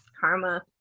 karma